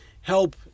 help